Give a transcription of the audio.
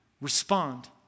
Respond